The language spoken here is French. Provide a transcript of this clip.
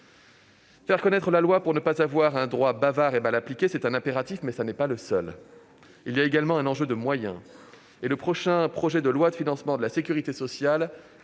Faire connaître la loi pour ne pas avoir un droit bavard et mal appliqué, c'est un impératif, mais ce n'est pas le seul. Il y a également un enjeu de moyens. À cet égard, le prochain projet de loi de financement de la sécurité sociale